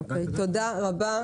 תודה רבה.